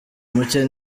mucye